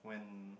when